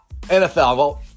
NFL